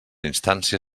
instància